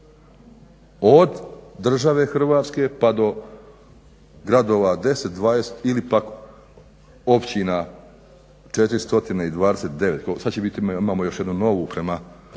Od države Hrvatske pa do gradova 10,20 ili pak općina 429, imamo još jednu novu prema čini